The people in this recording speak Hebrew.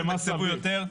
תתקצבו יותר,